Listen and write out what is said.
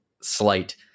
slight